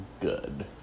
good